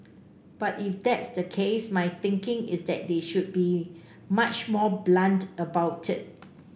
but if that's the case my thinking is that they should be much more blunt about it